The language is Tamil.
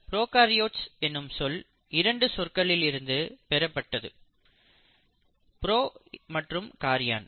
ப்ரோகாரியோட்ஸ் என்னும் சொல் இரண்டு சொற்களில் இருந்து பெறப்பட்டது ப்ரோ மற்றும் காரியன்